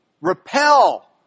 repel